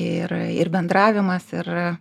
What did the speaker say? ir ir bendravimas ir